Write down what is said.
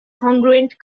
congruent